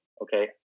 okay